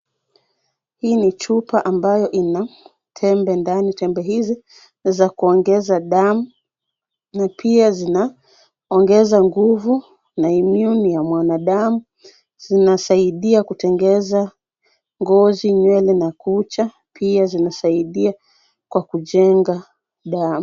Hii ni chupa ambayo ina tembe ndani. Tembe hizi ni za kuongeza damu na pia zinaongeza nguvu na immune ya mwanadamu. Zinasaidia kutengeneza ngozi, nywele na kucha, pia zinasaidia kwa kujenga damu.